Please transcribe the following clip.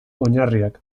oinarriak